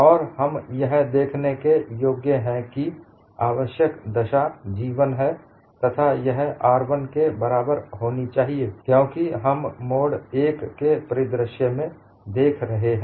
और हम यह देखने के योग्य है कि आवश्यक दशा G 1 है तथा यह R1 के बराबर होनी चाहिए क्योंकि हम मोड 1 के परिदृश्य में देख रहे हैं